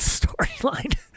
storyline